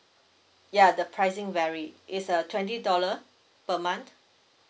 ya the pricing vary it's a twenty dollar per month